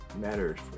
matters